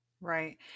Right